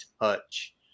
touch